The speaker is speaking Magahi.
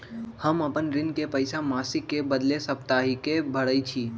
हम अपन ऋण के पइसा मासिक के बदले साप्ताहिके भरई छी